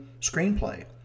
screenplay